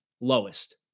lowest